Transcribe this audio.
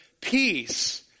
peace